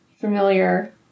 familiar